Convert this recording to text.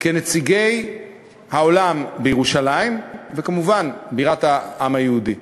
כנציגי העולם בירושלים, וכמובן בירת העם היהודי.